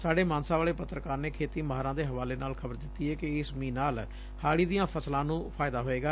ਸਾਡੇ ਮਾਨਸਾ ਵਾਲੇ ਪੱਤਰਕਾਰ ਨੇ ਖੇਤੀ ਮਾਹਿਰਾਂ ਦੇ ਹਵਾਲੇ ਨਾਲ ਖ਼ਬਰ ਦਿੱਤੀ ਏ ਕਿ ਇਸ ਮੀਂਹ ਨਾਲ ਹਾਤੀ ਦੀਆਂ ਫਸਲਾਂ ਨੂੰ ਫਾਇਦਾ ਹੋਵੇਗਾ